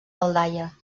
aldaia